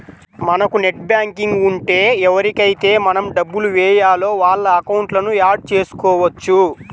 మనకు net banking account ఉంటే ఎవరికైతే మనం డబ్బులు వేయాలో వాళ్ళ అకౌంట్లను యాడ్ చేసుకోవచ్చు